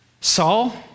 Saul